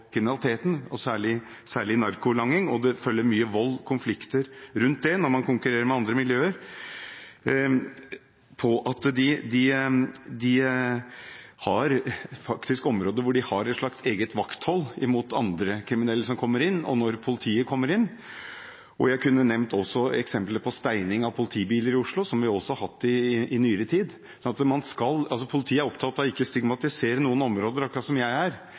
kriminaliteten, særlig narkolanging. Det følger med mye vold og konflikter når man konkurrerer med andre miljøer. De har faktisk områder der de har et slags eget vakthold mot andre kriminelle som kommer inn, og mot politiet. Jeg kunne også nevnt eksempler på steining av politibiler i Oslo, som vi har hatt i nyere tid. Politiet er opptatt av ikke å stigmatisere noen områder, akkurat som jeg er,